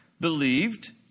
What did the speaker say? believed